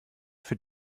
für